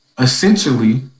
Essentially